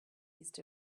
east